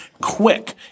quick